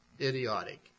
idiotic